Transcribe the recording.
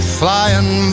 flying